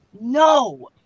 no